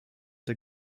der